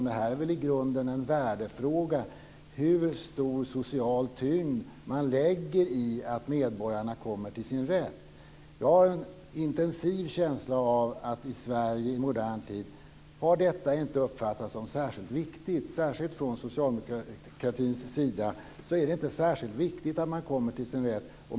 Det här är väl i grunden en värdefråga, hur stor social tyngd man lägger vid att medborgarna får sin rätt. Jag har en intensiv känsla av att i Sverige i modern tid har detta inte uppfattats som särskilt viktigt. Särskilt inte från socialdemokratins sida är det särskilt viktigt att människor kan kräva sin rätt.